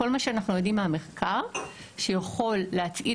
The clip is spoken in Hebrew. כל מה שאנחנו נותנים להם מהמחקר שיכול להצעיד